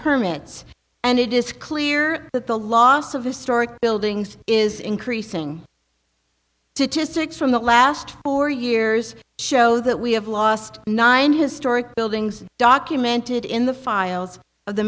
permits and it is clear that the loss of historic buildings is increasing to to six from the last four years show that we have lost nine historic buildings documented in the files